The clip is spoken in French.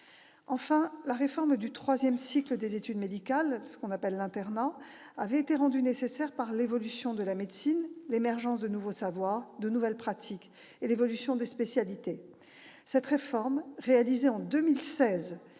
demain. La réforme du troisième cycle des études médicales, soit l'internat, avait été rendue nécessaire par l'évolution de la médecine, l'émergence de nouveaux savoirs et pratiques et l'évolution des spécialités. Cette réforme, réalisée en 2016,